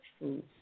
foods